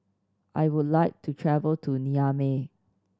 I would like to travel to Niamey